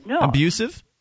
abusive